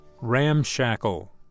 ramshackle